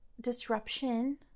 disruption